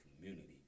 Community